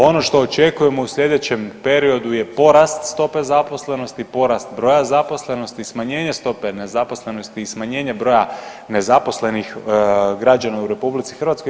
Ono što očekujemo u sljedećem periodu je porast stope zaposlenosti, porast broja zaposlenosti i smanjenje stope nezaposlenosti i smanjenje broja nezaposlenih građana u Republici Hrvatskoj.